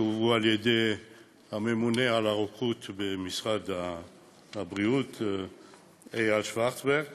שהובאו על-ידי הממונה על הרוקחות במשרד הבריאות איל שורצברג